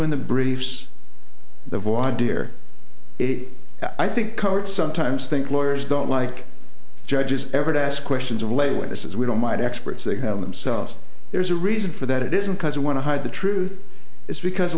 in the briefs the volunteer i think sometimes think lawyers don't like judges ever to ask questions of lay witnesses we don't mind experts they have themselves there's a reason for that it isn't because they want to hide the truth it's because